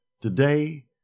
Today